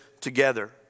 together